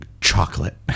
chocolate